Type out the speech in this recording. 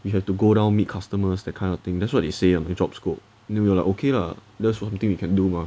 you have to go down meet customers that kind of thing that's what they say on the job scope then we're like okay lah that's one thing we can do mah